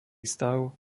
stav